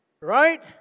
Right